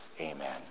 Amen